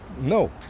no